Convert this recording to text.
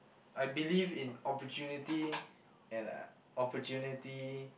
I believe in opportunity and uh opportunity